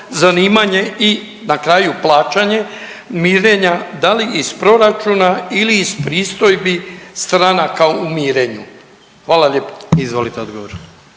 zanimanje i na kraju, plaćanje mirenja, da li iz proračuna ili iz pristojbi stranaka u mirenju? Hvala lijepo. **Jandroković,